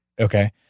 Okay